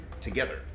together